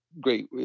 great